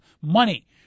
money